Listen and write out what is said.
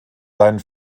seinen